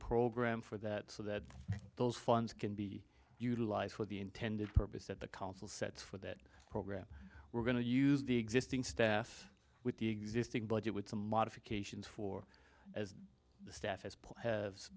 program for that so that those funds can be utilized for the intended purpose that the council sets for that program we're going to use the existing staff with the existing budget with some modifications for as the staff as